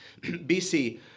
BC